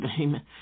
amen